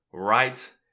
right